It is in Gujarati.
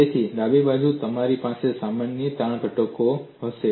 તેથી ડાબી બાજુ તમારી પાસે સામાન્ય તાણ ઘટકો હશે